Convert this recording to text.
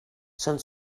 són